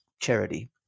charity